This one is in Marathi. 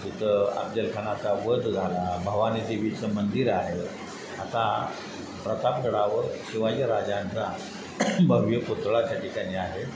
तिथं अफजल खानाचा वध झाला भवानी देवीचं मंदिर आहे आता प्रतापगडावर शिवाजी राजांचा भव्य पुतळा त्या ठिकाणी आहे